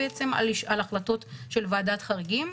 על החלטות ועדת חריגים.